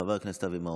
חבר הכנסת אבי מעוז,